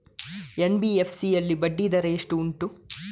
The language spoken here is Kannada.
ಎನ್.ಬಿ.ಎಫ್.ಸಿ ಯಲ್ಲಿ ಬಡ್ಡಿ ದರ ಎಷ್ಟು ಉಂಟು?